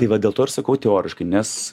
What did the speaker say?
tai va dėl to ir sakau teoriškai nes